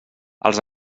els